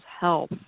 health